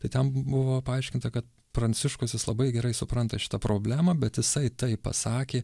tai ten buvo paaiškinta kad pranciškus labai gerai supranta šitą problemą bet jisai taip pasakė